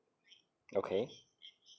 okay